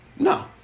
No